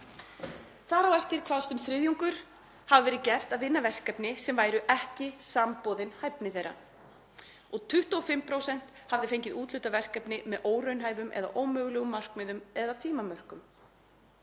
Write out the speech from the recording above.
Þar á eftir kvaðst um þriðjungur hafa verið gert að vinna verkefni sem væru ekki samboðin hæfni þeirra og 25% höfðu fengið úthlutað verkefni með óraunhæfum eða ómögulegu markmiðum eða tímamörkum.